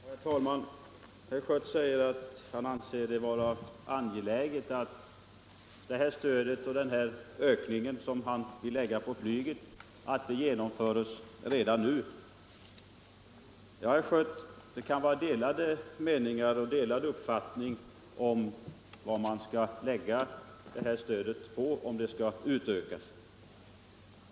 Herr talman! Herr Schött säger att han anser det vara angeläget att den utökning av transportstödet till Gotland som han vill lägga på flyget genomförs redan nu. Ja, herr Schött, det kan finnas delade meningar om var man skall lägga en eventuell utökning av stödet.